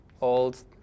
old